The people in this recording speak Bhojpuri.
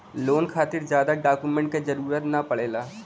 लोन खातिर जादा डॉक्यूमेंट क जरुरत न पड़ेला